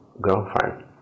girlfriend